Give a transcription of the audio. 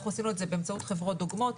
אנחנו עשינו את זה באמצעות חברות דוגמות,